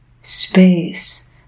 space